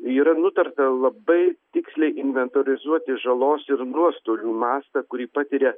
yra nutarta labai tiksliai inventorizuoti žalos ir nuostolių mastą kurį patiria